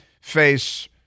face